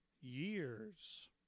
years